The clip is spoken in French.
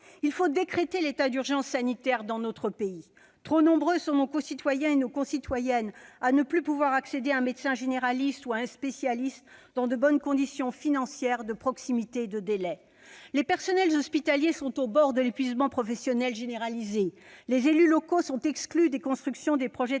Il faut décréter l'état d'urgence sanitaire dans notre pays. Trop nombreux sont nos concitoyennes et nos concitoyens à ne plus pouvoir accéder à un médecin généraliste ou à un spécialiste, dans de bonnes conditions financières, de proximité et de délai. Les personnels hospitaliers sont au bord de l'épuisement professionnel généralisé. Les élus locaux sont exclus des constructions des projets